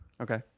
Okay